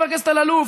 חבר הכנסת אלאלוף,